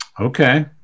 Okay